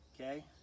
okay